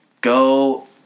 go